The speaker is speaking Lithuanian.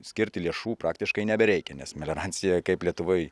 skirti lėšų praktiškai nebereikia nes melioracija kaip lietuvoj